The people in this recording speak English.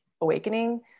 awakening